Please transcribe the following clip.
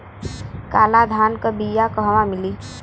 काला धान क बिया कहवा मिली?